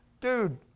Dude